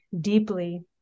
deeply